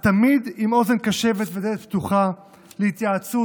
את תמיד עם אוזן קשבת ודלת פתוחה להתייעצות,